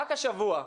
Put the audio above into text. רק השבוע,